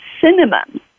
cinnamon